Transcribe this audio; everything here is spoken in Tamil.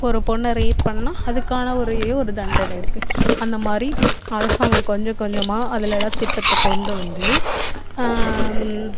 ஒரு பொண்ணை ரேப் பண்ணிணா அதுக்கான ஒரே ஒரு தண்டனை இருக்குது அந்த மாதிரி அரசாங்கம் கொஞ்சம் கொஞ்சமாக அதெலலாம் திட்டத்தை கொண்டு வந்து